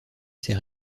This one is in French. ces